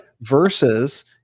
Versus